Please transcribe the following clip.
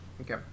Okay